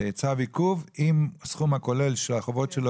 צו עיכוב אם הסכום הכולל של החובות שלו